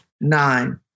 Nine